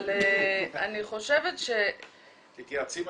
אבל אני חושבת ש- -- תתייעצי עם